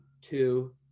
two